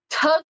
took